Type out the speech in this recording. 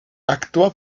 actúa